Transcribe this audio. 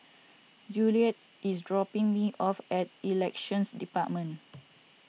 Juliette is dropping me off at Elections Department